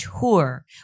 tour